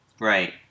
Right